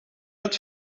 het